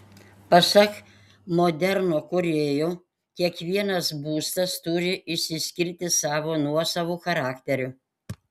pasak moderno kūrėjų kiekvienas būstas turi išsiskirti savo nuosavu charakteriu